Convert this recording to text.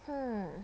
hmm